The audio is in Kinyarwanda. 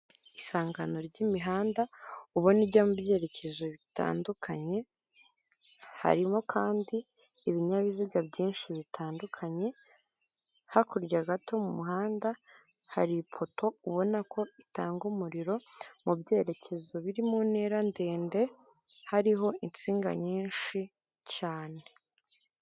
Isangano ry'imihanda ubona ijya mu byerekezo bitandukanye, harimo kandi ibinyabiziga byinshi bitandukanye, hakurya gato mu muhanda hari ipoto ubona ko itanga umuriro mu byerekezo biri mu ntera ndende hariho insinga nyinshi cyane.